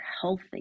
healthy